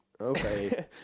Okay